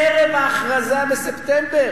ערב ההכרזה בספטמבר.